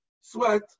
sweat